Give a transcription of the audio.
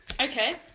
Okay